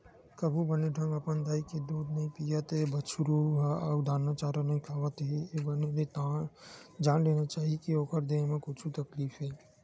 कभू बने ढंग अपन दाई के दूद नइ पियत हे बछरु ह अउ दाना चारा नइ खावत हे बने ले त जान लेना चाही के ओखर देहे म कुछु तकलीफ हे